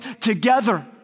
together